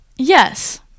Yes